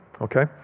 okay